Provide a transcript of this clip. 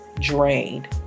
drained